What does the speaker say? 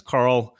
Carl